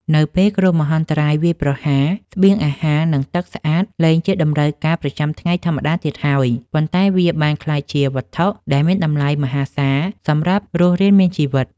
នៅពេលគ្រោះមហន្តរាយវាយប្រហារ ស្បៀងអាហារ និងទឹកស្អាតលែងជាតម្រូវការប្រចាំថ្ងៃធម្មតាទៀតហើយ ប៉ុន្តែវាបានក្លាយជាវត្ថុដែលមានតម្លៃមហាសាលសម្រាប់រស់រានមានជីវិត។